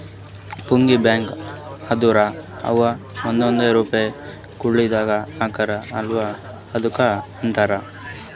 piggy bank ಅಂದುರ್ ಅವ್ರು ಒಂದೊಂದ್ ರುಪೈ ಕುಳ್ಳಿದಾಗ ಹಾಕ್ತಾರ ಅಲ್ಲಾ ಅದುಕ್ಕ ಅಂತಾರ